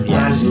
Yes